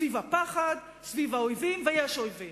סביב הפחד, סביב האויבים, ויש אויבים,